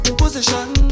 position